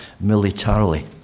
militarily